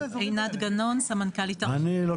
עינת גנון, סמנכ"לית הרשות.